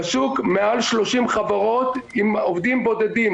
בשוק יש מעל 30 חברות עם עובדים בודדים,